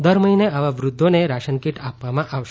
દર મહિને આવા વૃધ્ધોને રાશનકીટ આપવામાં આવશે